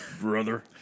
Brother